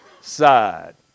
side